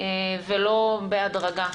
ולא בהדרגה?